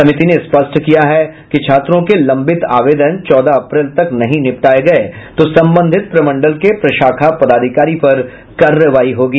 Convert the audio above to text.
समिति ने स्पष्ट किया है कि छात्रों के लंबित आवेदन चौदह अप्रैल तक नहीं निपटाये गये तो संबंधित प्रमंडल के प्रशाखा पदाधिकारी पर कार्यवाई होगी